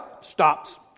stops